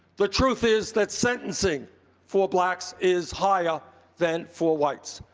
the truth is that sentencing for blacks is higher than for whites.